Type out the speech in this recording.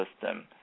system